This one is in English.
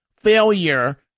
failure